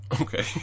Okay